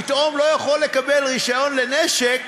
פתאום לא יכול לקבל רישיון לנשק